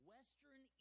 Western